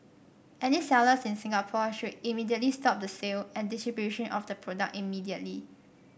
any sellers in Singapore should immediately stop the sale and distribution of the product immediately